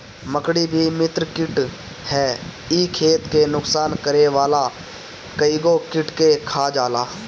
मकड़ी भी मित्र कीट हअ इ खेत के नुकसान करे वाला कइगो कीट के खा जाला